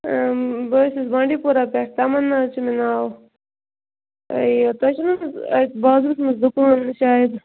بہٕ حظ چھَس بانڈی پورہ پٮ۪ٹھ تَمنا حظ چھُ مےٚ ناو یہِ تۄہہِ چھُو نَہ حظ اَسہِ بازرَس منٛز دُکان شاید